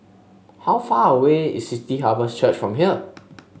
How far away is City Harvest Church from here